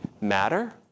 matter